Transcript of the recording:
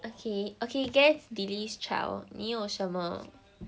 okay okay guess delis chow 你有什么